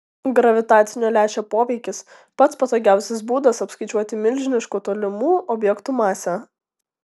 gravitacinio lęšio poveikis pats patogiausias būdas apskaičiuoti milžiniškų tolimų objektų masę